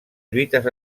lluites